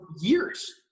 years